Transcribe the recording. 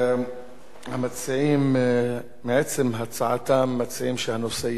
המציעים מעצם הצעתם מציעים שהנושא יידון במליאה.